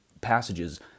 passages